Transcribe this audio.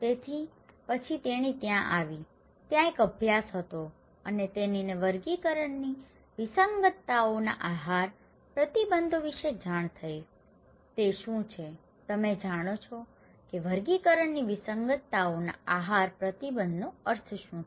તેથી પછી તેણી ત્યાં આવી હતી ત્યાં એક અભ્યાસ હતો અને તેણીને વર્ગીકરણની વિસંગતતાઓના આહાર પ્રતિબંધો વિશે જાણ થઈ તે શું છે તમે જાણો છો કે વર્ગીકરણની વિસંગતતાઓના આહાર પ્રતિબંધનો અર્થ શું છે